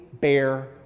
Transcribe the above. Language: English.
bear